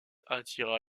attira